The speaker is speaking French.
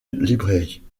librairie